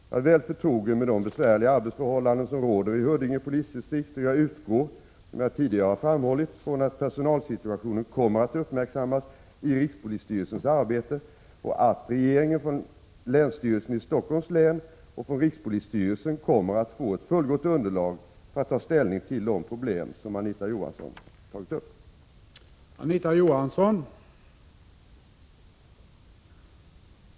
Jag är väl förtrogen med de besvärliga arbetsförhållanden som råder i Huddinge polisdistrikt, och jag utgår, som jag tidigare har framhållit, från att personalsituationen kommer att uppmärksammas i rikspolisstyrelsens arbete och att regeringen från länsstyrelsen i Stockholms län och från rikspolisstyrelsen kommer att få ett fullgott underlag för att ta ställning till de problem som Anita Johansson pekar på.